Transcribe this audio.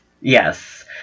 Yes